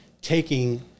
taking